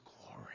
glory